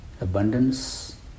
abundance